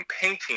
painting